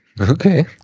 okay